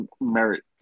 merit